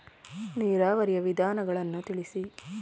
ನೀರಾವರಿಯ ವಿಧಾನಗಳನ್ನು ತಿಳಿಸಿ?